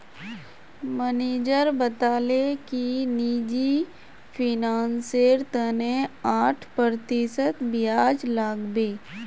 manager बताले कि निजी फिनांसेर तने आठ प्रतिशत ब्याज लागबे